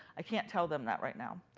i can't tell them that right now